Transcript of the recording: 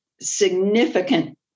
significant